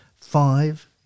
five